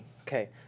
Okay